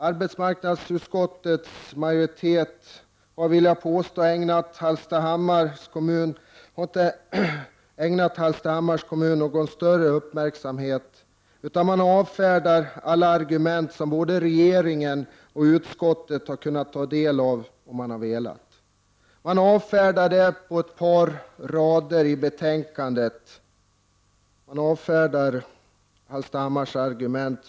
Arbetsmarknadsutskottets majoritet har inte ägnat Hallstahammars kommun någon större uppmärksamhet, utan man avfärdar alla de argument som både regeringen och utskottet har kunnat ta del av. På ett par rader i betänkandet avfärdas Hallstahammars argument.